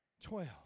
Twelve